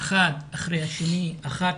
אחת אחרי השנייה.